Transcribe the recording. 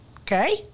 okay